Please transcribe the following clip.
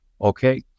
okay